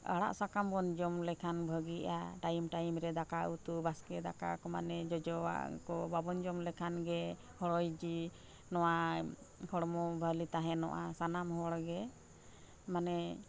ᱟᱲᱟᱜᱼᱥᱟᱠᱟᱢ ᱵᱚᱱ ᱡᱚᱢ ᱞᱮᱠᱷᱟᱱ ᱵᱷᱟᱜᱮᱜᱼᱟ ᱨᱮ ᱫᱟᱠᱟᱼᱩᱛᱩ ᱵᱟᱥᱠᱮ ᱫᱟᱠᱟ ᱠᱚ ᱢᱟᱱᱮ ᱡᱚᱡᱚᱣᱟᱜ ᱠᱚ ᱵᱟᱵᱚᱱ ᱡᱚᱢ ᱞᱮᱠᱷᱟᱱ ᱜᱮ ᱦᱚᱲᱢᱚ ᱡᱤᱣᱤ ᱱᱚᱣᱟ ᱦᱚᱲᱢᱚ ᱵᱷᱟᱜᱮ ᱛᱟᱦᱮᱱᱚᱜᱼᱟ ᱥᱟᱱᱟᱢ ᱦᱚᱲ ᱜᱮ ᱢᱟᱱᱮ